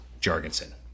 Jorgensen